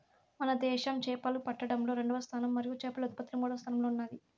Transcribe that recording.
మన దేశం చేపలు పట్టడంలో రెండవ స్థానం మరియు చేపల ఉత్పత్తిలో మూడవ స్థానంలో ఉన్నాది